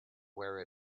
where